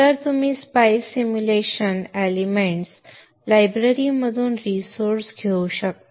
तर तुम्ही SPICE simulation elements लायब्ररीमधून रिसोर्स घेऊ शकता